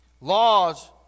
laws